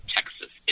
Texas